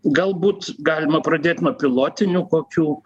galbūt galima pradėt nuo pilotinių kokių